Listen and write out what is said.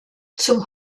zum